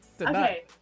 Okay